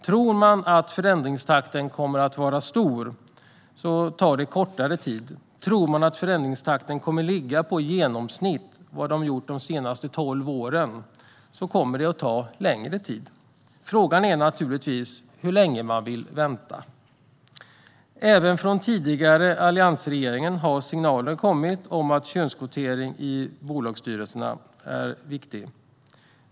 Tror man att förändringstakten kommer att vara stor tar det kortare tid. Tror man att förändringstakten kommer att ligga på i genomsnitt vad den har gjort de senaste tolv åren kommer det att ta längre tid. Frågan är naturligtvis hur länge man vill vänta. Även från den tidigare alliansregeringen har signaler kommit om att könskvotering i bolagsstyrelser är viktig.